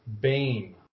Bane